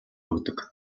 өгдөг